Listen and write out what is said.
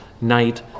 night